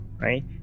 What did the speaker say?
right